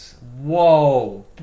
whoa